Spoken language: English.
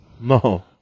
No